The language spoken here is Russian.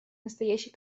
настоящей